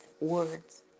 words